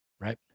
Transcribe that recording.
right